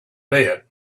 bed